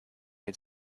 had